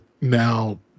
now